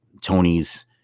Tony's